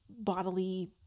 bodily